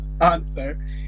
answer